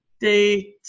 date